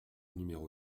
numéro